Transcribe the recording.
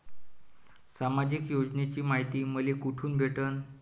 सामाजिक योजनेची मायती मले कोठून भेटनं?